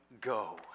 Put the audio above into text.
go